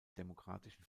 demokratischen